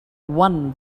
won